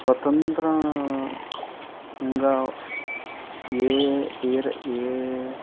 స్వతంత్రంగా ఏ ఏ